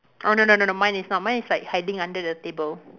oh no no no no mine is not mine is like hiding under the table